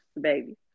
baby